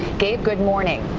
dave, good morning.